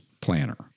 planner